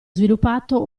sviluppato